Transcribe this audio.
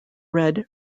red